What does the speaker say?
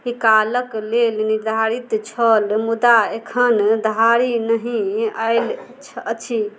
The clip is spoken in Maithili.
निकालैके लेल निर्धारित छल मुदा एखनधरि नहि आएल अछि